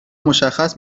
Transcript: مشخص